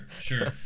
sure